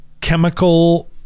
chemical